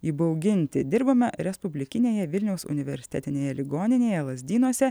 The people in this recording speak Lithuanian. įbauginti dirbame respublikinėje vilniaus universitetinėje ligoninėje lazdynuose